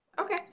Okay